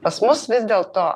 pas mus vis dėl to